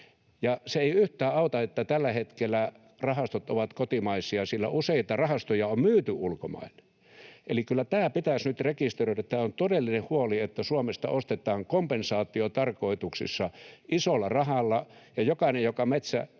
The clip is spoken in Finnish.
Se ei yhtään auta, että tällä hetkellä rahastot ovat kotimaisia, sillä useita rahastoja on myyty ulkomaille. Eli kyllä tämä pitäisi nyt rekisteröidä. Tämä on todellinen huoli, että Suomesta ostetaan kompensaatiotarkoituksissa isolla rahalla, ja jokainen, joka metsätilojen